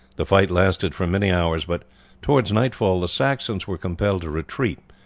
the fight lasted for many hours, but towards nightfall the saxons were compelled to retreat,